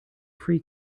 free